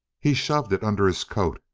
he shoved it under his coat,